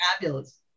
Fabulous